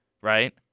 right